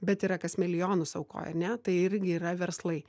bet yra kas milijonus aukoja ane tai irgi yra verslai